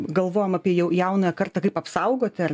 galvojam apie jau jaunąją kartą kaip apsaugoti ar